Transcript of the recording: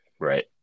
Right